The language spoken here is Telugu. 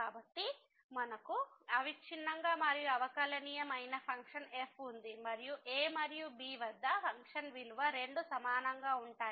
కాబట్టి మనకు అవిచ్ఛిన్నంగా మరియు అవకలనియమం అయిన ఫంక్షన్ f ఉంది మరియు a మరియు b వద్ద ఫంక్షన్ విలువ రెండూ సమానంగా ఉంటాయి